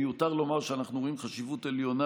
מיותר לומר שאנחנו רואים חשיבות עליונה